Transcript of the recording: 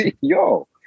Yo